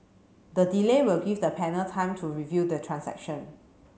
the delay will give the panel time to review the transaction